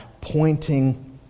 pointing